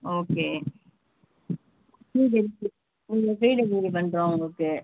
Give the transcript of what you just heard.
okay free delivery இருக்குது உங்களுக்கு free delivery பண்ணுறோம் உங்களுக்கு